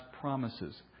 promises